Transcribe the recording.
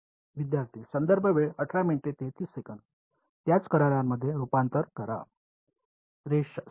विद्यार्थीः त्याच करारामध्ये रुपांतर करा